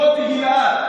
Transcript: דב גילהר,